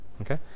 Okay